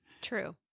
True